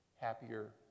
happier